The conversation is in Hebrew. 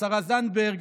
השרה זנדברג,